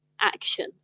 action